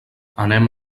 anem